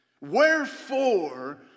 Wherefore